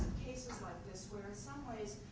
cases like this where, in some ways,